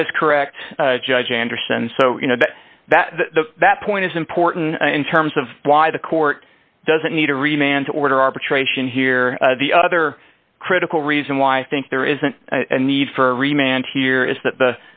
that is correct judge anderson so you know that that point is important in terms of why the court doesn't need to re man to order arbitration here the other critical reason why i think there isn't a need for re man here is that the